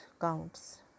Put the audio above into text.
counts